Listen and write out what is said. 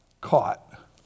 caught